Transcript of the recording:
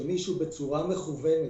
זה שמישהו בצורה מכוונת,